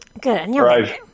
Good